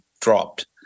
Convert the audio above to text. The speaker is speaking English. dropped